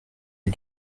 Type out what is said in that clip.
est